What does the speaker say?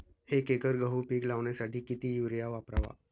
एक एकर गहू पीक लावण्यासाठी किती युरिया वापरावा?